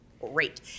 great